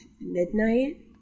Midnight